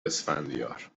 اسفندیار